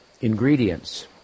ingredients